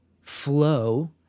flow